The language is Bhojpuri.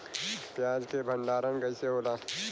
प्याज के भंडारन कइसे होला?